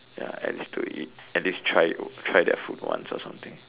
ya and it's to eat at least try try their food once or something